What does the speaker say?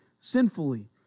sinfully